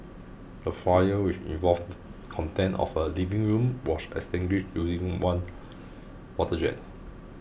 the fire which involved contents of a living room was extinguished using one water jet